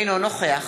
אינו נוכח